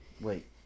wait